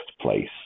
place